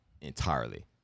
entirely